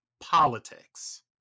politics